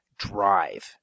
drive